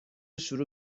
شروع